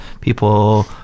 people